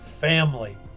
family